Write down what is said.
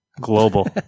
global